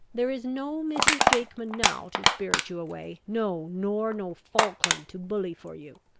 there is no mrs. jakeman now to spirit you away no, nor no falkland to bully for you.